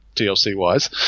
DLC-wise